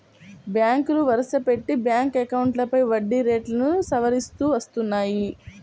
బ్యాంకులు వరుసపెట్టి బ్యాంక్ అకౌంట్లపై వడ్డీ రేట్లను సవరిస్తూ వస్తున్నాయి